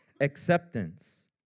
acceptance